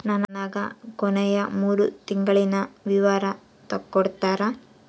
ನನಗ ಕೊನೆಯ ಮೂರು ತಿಂಗಳಿನ ವಿವರ ತಕ್ಕೊಡ್ತೇರಾ?